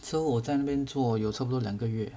so 我在那边做有差不多两个月